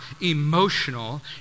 emotional